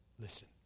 Listen